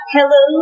Hello